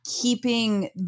keeping